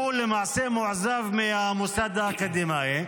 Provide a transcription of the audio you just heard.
הוא מועזב מהמוסד האקדמי.